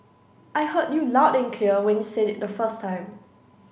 I heard you loud and clear when you said it the first time